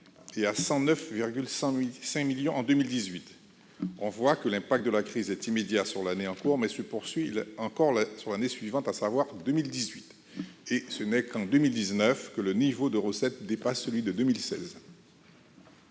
et à 109,5 millions d'euros en 2018. On remarque ainsi que l'impact de la crise est immédiat sur l'année en cours, mais qu'il se poursuit encore sur l'année suivante, à savoir 2018. Ce n'est qu'en 2019 que le niveau de recette dépasse celui de 2016.